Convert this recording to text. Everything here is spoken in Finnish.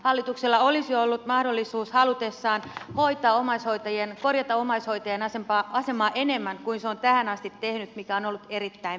hallituksella olisi ollut mahdollisuus halutessaan korjata omaishoitajien asemaa enemmän kuin se on tähän asti tehnyt mikä on ollut erittäin pientä